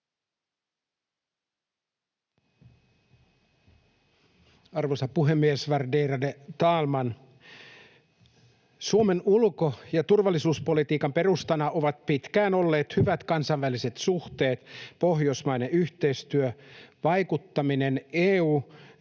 Arvoisa puhemies! Värderade talman! Suomen ulko- ja turvallisuuspolitiikan perustana ovat pitkään olleet hyvät kansainväliset suhteet, pohjoismainen yhteistyö, vaikuttaminen EU:n